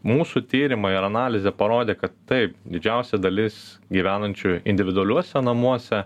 mūsų tyrimai ir analizė parodė kad taip didžiausia dalis gyvenančiųjų individualiuose namuose